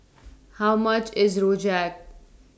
How much IS Rojak